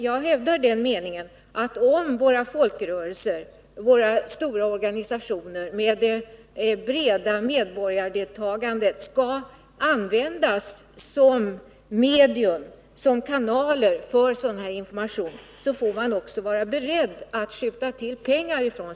Jag hävdar att samhället, om våra folkrörelser och stora organisationer med brett medborgardeltagande skall användas som medier och kanaler för sådan här information, också får vara berett att skjuta till pengar.